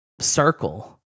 circle